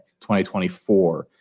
2024